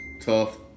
tough